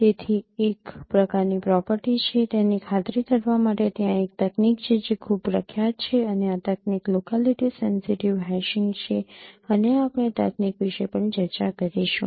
તેથી એક પ્રકારની પ્રોપર્ટી છે તેની ખાતરી કરવા માટે ત્યાં એક તકનીક છે જે ખૂબ પ્રખ્યાત છે અને આ તકનીક લોકાલિટી સેન્સિટિવ હેશિંગ છે અને આપણે આ તકનીક વિશે પણ ચર્ચા કરીશું